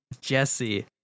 Jesse